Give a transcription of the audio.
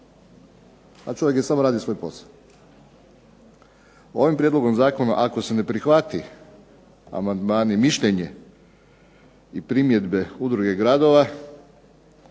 a čovjek je samo radio svoj posao. Ovim prijedlogom zakona ako se ne prihvati amandmani, mišljenje i primjedbe Udruge gradova